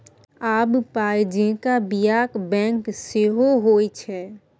आब पाय जेंका बियाक बैंक सेहो होए छै